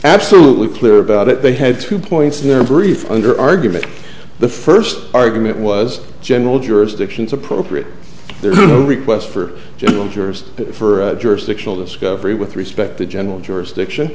absolutely clear about it they had two points in their brief under argument the first argument was general jurisdictions appropriate their request for general jurors for jurisdictional discovery with respect to general jurisdiction